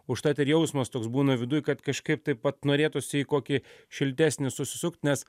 užtat ir jausmas toks būna viduj kad kažkaip taip pat norėtųsi į kokį šiltesnį susisukt nes